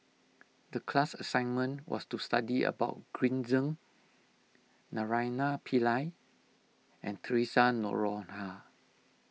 the class assignment was to study about Green Zeng Naraina Pillai and theresa Noronha